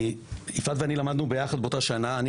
יפעת ואני למדנו יחד באותה שנה, אני